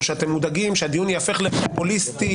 או שאתם מודאגים שהדיון ייהפך לפופוליסטי